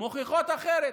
מוכיחות אחרת.